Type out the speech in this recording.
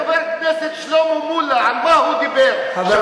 חבר הכנסת שלמה מולה, על מה הוא דיבר, שמעת?